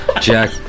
Jack